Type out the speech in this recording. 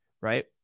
right